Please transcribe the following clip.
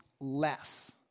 less